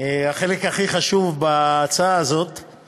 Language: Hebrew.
החלק הכי חשוב בהצעה הזאת הוא